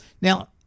Now